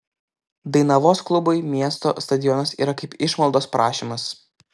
dainavos klubui miesto stadionas yra kaip išmaldos prašymas